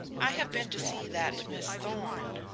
i have been to see that miss thorn,